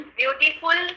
beautiful